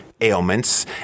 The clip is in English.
Ailments